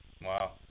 Wow